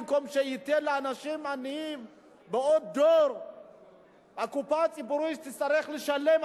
במקום שייתן לאנשים עניים בעוד דור והקופה הציבורית תצטרך לשלם,